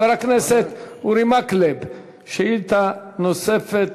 חבר הכנסת אורי מקלב, שאילתה נוספת,